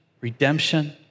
redemption